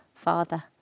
Father